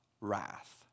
wrath